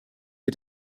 wir